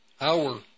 hour